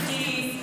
אז אמרה: תלכי.